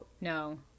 No